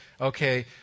Okay